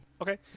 Okay